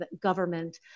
government